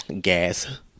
gas